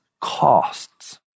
costs